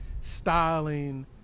styling